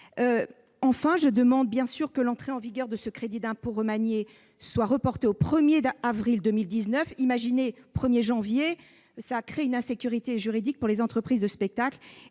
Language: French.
Enfin, je demande que l'entrée en vigueur de ce crédit d'impôt remanié soit reportée au 1 avril 2019. Maintenir la date du 1 janvier 2019 créerait une insécurité juridique pour les entreprises de spectacles.